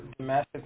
domestic